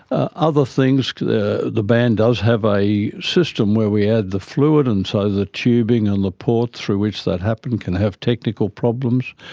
ah other things, the the band does have a system where we add the fluid and so the tubing and the port through which that happened can have technical problems.